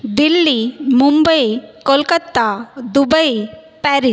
Delhi Mumbai Kolkata Dubai Paris